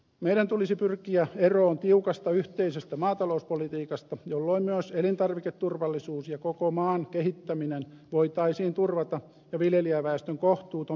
meidän tulisi pyrkiä eroon tiukasta yhteisestä maatalouspolitiikasta jolloin myös elintarviketurvallisuus ja koko maan kehittäminen voitaisiin turvata ja viljelijäväestön kohtuuton byrokratiapompotus lopettaa